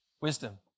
Wisdom